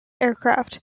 aircraft